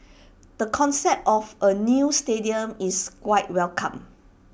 the concept of A new stadium is quite welcome